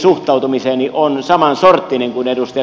suhtautumiseni on samansorttinen kuin edustaja zyskowiczin täällä